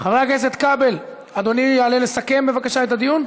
חבר הכנסת כבל, אדוני יעלה לסכם בבקשה את הדיון?